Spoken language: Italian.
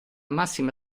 massima